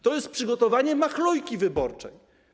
To jest przygotowanie machlojki wyborczej.